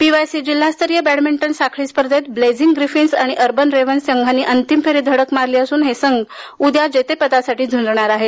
PYC जिल्हास्तरीय badminton साखळी स्पर्धेत ब्लेझिंग ग्रिफीन्स आणि अर्बन रेवन्स संघांनी अंतिम फेरीत धडक मारली असून हे संघ उद्या जेतेपदासाठी झंजणार आहेत